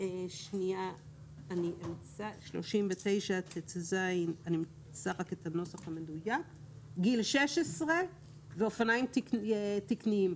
סעיף 39טז אומר גיל 16 ואופניים תקניים.